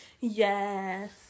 Yes